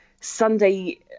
Sunday